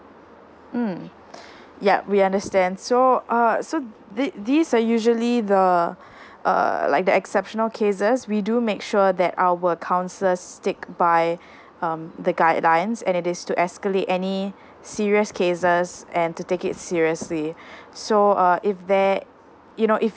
mm yup we understand so err so did this uh usually the err like the exceptional cases we do make sure that our counsellors stick by um the guidelines and it is to escalate any serious cases and to take it seriously so uh if there you know if you